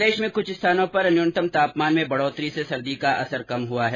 प्रदेश में कुछ स्थानों पर न्यूनतम तापमान में बढ़ोतरी से सर्दी का असर कम हुआ है